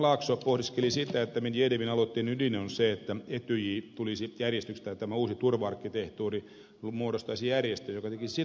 laakso pohdiskeli sitä että medvedevin aloitteen ydin on se että tämä uusi turva arkkitehtuuri muodostaisi järjestön joka tekisi sitovia päätöksiä